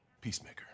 Peacemaker